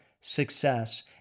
success